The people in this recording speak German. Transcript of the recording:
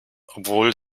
obwohl